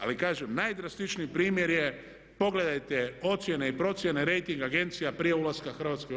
Ali kažem, najdrastičniji primjer je pogledajte ocjene i procjene rejting agencija prije ulaska Hrvatske u EU.